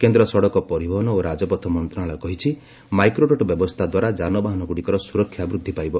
କେନ୍ଦ୍ର ସଡ଼କ ପରିବହନ ଓ ରାଜପଥ ମନ୍ତ୍ରଣାଳୟ କହିଛି ଯେ ମାଇକ୍ରୋଡଟ୍ ବ୍ୟବସ୍ଥା ଦ୍ୱାରା ଯାନ ବାହନଗୁଡ଼ିକର ସୁରକ୍ଷା ବୃଦ୍ଧି ପାଇବ